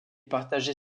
partager